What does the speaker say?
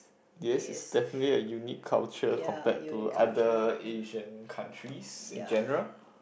yes it's definitely a unique culture compared to other Asian countries in general